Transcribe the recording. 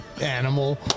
animal